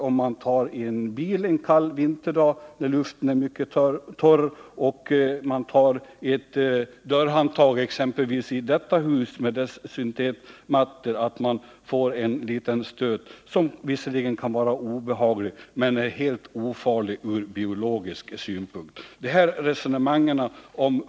Om man tar i en bil en kall vinterdag, när luften är mycket torr, eller man tar i ett dörrhandtag exempelvis i detta hus med dess syntetmattor, får man en liten stöt, som visserligen kan vara obehaglig men som är helt ofarlig ur biologisk synpunkt.